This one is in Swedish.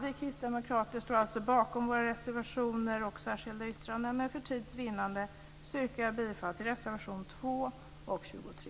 Vi kristdemokrater står bakom våra reservationer och särskilda yttranden, men för tids vinnande yrkar jag bifall bara till reservationerna 2